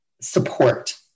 support